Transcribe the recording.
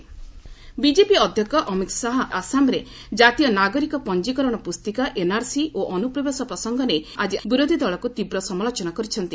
Amit Shah NRC BJP ଅଧ୍ୟକ୍ଷ ଅମିତ୍ ଶାହା ଆସାମରେ ଜାତୀୟ ନାଗରିକ ପଞ୍ଜୀକରଣ ପ୍ରସ୍ତିକା ଏନ୍ଆର୍ସି ଓ ଅନ୍ଦ୍ରପ୍ରବେଶ ପ୍ରସଙ୍ଗ ନେଇ ଆଜି ବିରୋଧି ଦଳକୁ ତୀବ୍ର ସମାଲୋଚନା କରିଛନ୍ତି